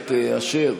הכנסת אייכלר,